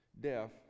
death